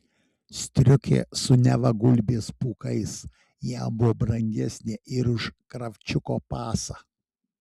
striukė su neva gulbės pūkais jam buvo brangesnė ir už kravčiuko pasą